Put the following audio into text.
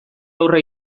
aurre